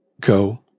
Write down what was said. go